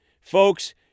Folks